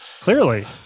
Clearly